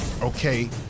Okay